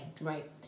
Right